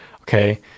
Okay